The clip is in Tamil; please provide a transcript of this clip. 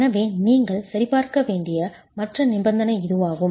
எனவே நீங்கள் சரிபார்க்க வேண்டிய மற்ற நிபந்தனை இதுவாகும்